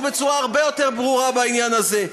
בצורה הרבה יותר ברורה בעניין הזה,